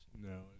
No